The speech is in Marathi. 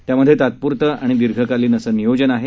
त्यामध्ये तात्पुरतं आणि दीर्घकालीन असं नियोजन आहे